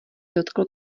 dotkl